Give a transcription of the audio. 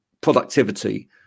productivity